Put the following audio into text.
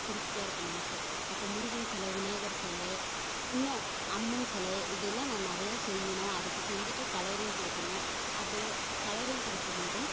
திருப்தியாக இருக்குது மனதே அப்போது முருகன் செலை விநாயகர் செலை இன்னும் அம்மன் செலை இப்படி எல்லாம் நான் நிறையா செய்யணும் அதுக்கு செஞ்சுட்டு கலரிங் கொடுக்கணும் அப்படி கலரிங் கொடுக்கும்போது